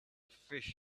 fish